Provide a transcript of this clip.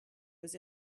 was